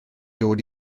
dod